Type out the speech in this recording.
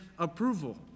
approval